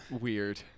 weird